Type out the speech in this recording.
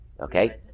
Okay